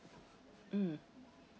mm